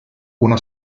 una